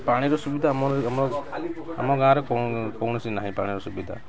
ପାଣିର ସୁବିଧା ଆମର ଆମର ଆମ ଗାଁ'ରେ କୌଣସି ନାହିଁ ପାଣିର ସୁବିଧା